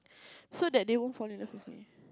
so that they won't fall in love with me